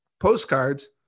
postcards